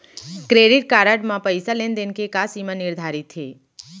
Credit card म पइसा लेन देन के का सीमा निर्धारित हे?